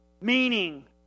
Meaning